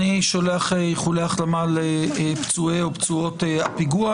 אני שולח איחולי החלמה לפצועי ופצועות הפיגוע,